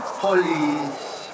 police